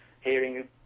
hearing